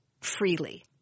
freely